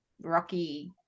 rocky